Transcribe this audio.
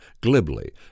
glibly